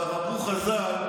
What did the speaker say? כבר אמרו חז"ל,